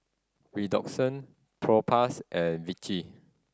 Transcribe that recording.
Redoxon Propass and Vichy